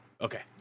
okay